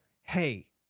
hey